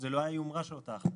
זו לא היומרה של אותה החלטה.